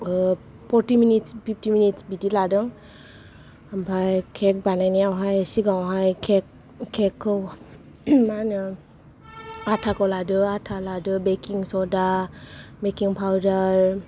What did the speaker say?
forty minutes fifty minutes बिदि लादों ओमफ्राय केक बानायनायावहाय सिगांआवहाय केक केकखौ मा होनो आठाखौ आता लादो बेकिं सदा बेकिं पावदार